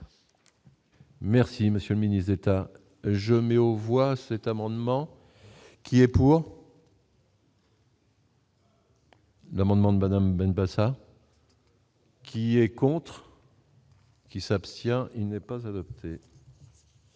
Merci monsieur le ministre d'État, je mets au voix cette amendement qui est pour. L'amendement de Madame Benbassa. Qui est contre. Qui s'abstient, il n'est pas adoptée.